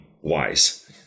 wise